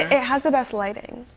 it has the best lighting.